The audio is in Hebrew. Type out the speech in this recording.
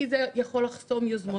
כי זה יכול לחסום יוזמות כאלה ואחרות.